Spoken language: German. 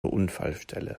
unfallstelle